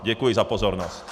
Děkuji za pozornost.